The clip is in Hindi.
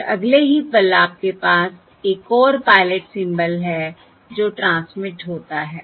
और अगले ही पल आपके पास एक और पायलट सिंबल है जो ट्रांसमिट होता है